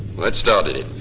well, that started it.